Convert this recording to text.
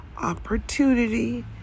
opportunity